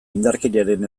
indarkeriaren